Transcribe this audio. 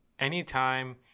Anytime